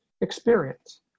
experience